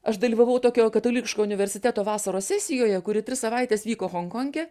aš dalyvavau tokio katalikiško universiteto vasaros sesijoje kuri tris savaites vyko honkonge